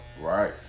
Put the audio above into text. Right